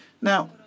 Now